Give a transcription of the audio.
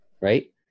right